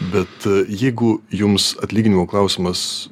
bet jeigu jums atlyginimo klausimas